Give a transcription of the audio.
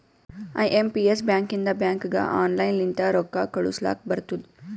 I M P S ಬ್ಯಾಕಿಂದ ಬ್ಯಾಂಕ್ಗ online ಲಿಂತ ರೊಕ್ಕಾ ಕಳೂಸ್ಲಕ್ ಬರ್ತುದ್